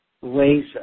ways